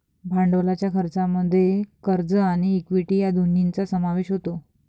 भांडवलाच्या खर्चामध्ये कर्ज आणि इक्विटी या दोन्हींचा समावेश होतो